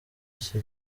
iki